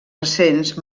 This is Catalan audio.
recents